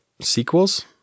sequels